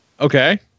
Okay